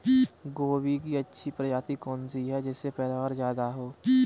गोभी की अच्छी प्रजाति कौन सी है जिससे पैदावार ज्यादा हो?